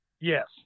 Yes